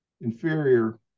inferior